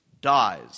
dies